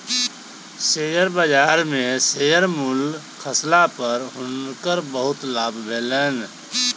share बजार में share मूल्य खसला पर हुनकर बहुत लाभ भेलैन